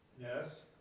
Yes